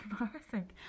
embarrassing